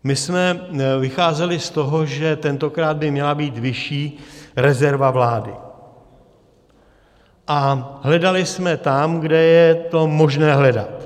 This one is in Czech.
My jsme vycházeli z toho, že tentokrát by měla být vyšší rezerva vlády, a hledali jsme tam, kde je to možné hledat.